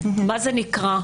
מה זה נקרא?